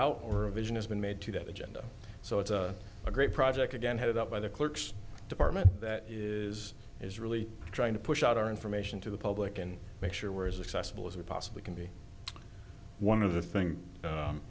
out or a vision has been made to that agenda so it's a great project again headed up by the clerk's department that is is really trying to push out our information to the public and make sure we're as excessive as we possibly can be one of the thing